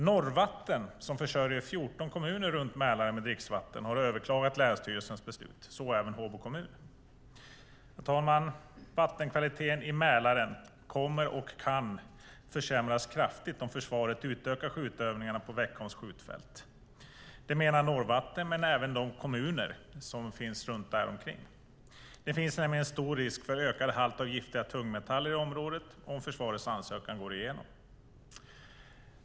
Norrvatten som försörjer 14 kommuner runt Mälaren med dricksvatten har överklagat länsstyrelsens beslut, så även Håbo kommun. Herr talman! Vattenkvaliteten i Mälaren kommer att försämras kraftigt om försvaret utökar skjutövningarna på Veckholms skjutfält. Det menar Norrvatten och de kommuner som ligger i området. Det finns nämligen stor risk för ökad halt av giftiga tungmetaller i området om försvarets ansökan går igenom.